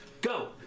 go